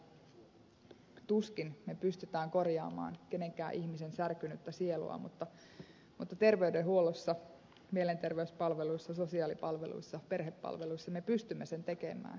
lainsäädännöllä tuskin me pystymme korjaamaan kenenkään ihmisen särkynyttä sielua mutta terveydenhuollossa mielenterveyspalveluissa sosiaalipalveluissa perhepalveluissa me pystymme sen tekemään